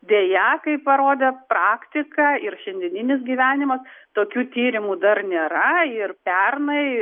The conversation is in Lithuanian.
deja kaip parodė praktika ir šiandieninis gyvenimas tokių tyrimų dar nėra ir pernai